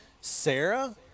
Sarah